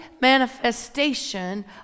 manifestation